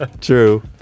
true